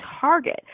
target